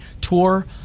tour